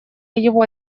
его